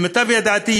למטב ידיעתי,